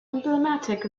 emblematic